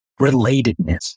Relatedness